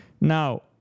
Now